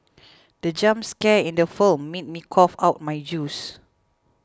the jump scare in the film made me cough out my juice